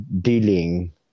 dealing